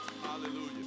Hallelujah